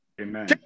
Amen